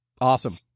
Awesome